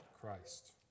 Christ